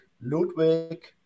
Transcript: Ludwig